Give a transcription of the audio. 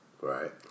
Right